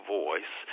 voice